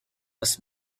was